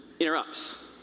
interrupts